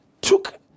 took